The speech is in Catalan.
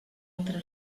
altre